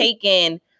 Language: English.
taken